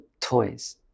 toys